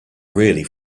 really